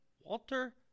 Walter